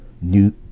New